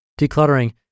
Decluttering